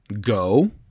Go